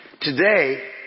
Today